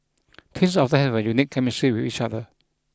twins often have a unique chemistry with each other